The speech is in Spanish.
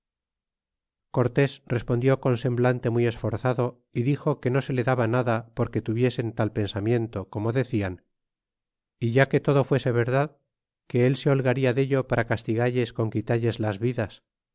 cortés respondió con semblante muy esforzado y dixo que no se le daba nada porque tuviesen tal pensamiento como decian ya que todo fuese verdad que él se holgaria dello para castigalles con quitalles las vidas